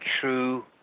true